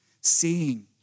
seeing